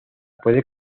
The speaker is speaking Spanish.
puede